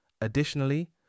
Additionally